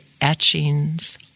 etchings